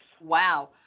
Wow